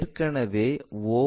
எனவே o p என்பது m